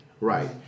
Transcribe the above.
Right